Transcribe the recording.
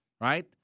right